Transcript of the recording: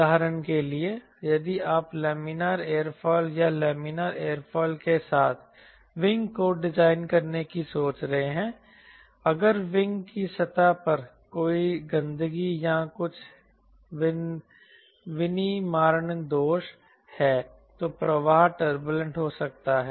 उदाहरण के लिए यदि आप लैमिनर एयरोफिल या लैमिनर एयरोफिल के साथ विंग को डिजाइन करने की सोच रहे हैं अगर विंग की सतह पर कोई गंदगी या कुछ विनिर्माण दोष है तो प्रवाह टर्बूलेंट हो सकता है